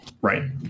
Right